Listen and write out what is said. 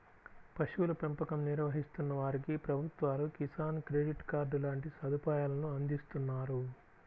పశువుల పెంపకం నిర్వహిస్తున్న వారికి ప్రభుత్వాలు కిసాన్ క్రెడిట్ కార్డు లాంటి సదుపాయాలను అందిస్తున్నారు